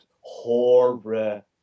horrible